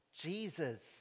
Jesus